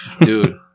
Dude